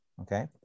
okay